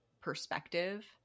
perspective